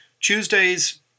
Tuesday's